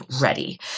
ready